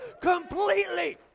completely